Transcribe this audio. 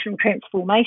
transformation